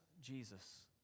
Jesus